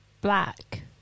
black